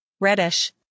Reddish